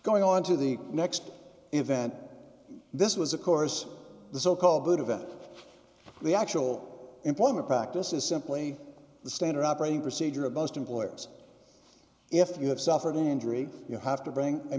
going on to the next event this was of course the so called good event the actual employment practice is simply the standard operating procedure of most employers if you have suffered an injury you have to bring a